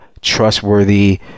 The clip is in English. trustworthy